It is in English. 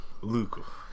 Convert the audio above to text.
Luke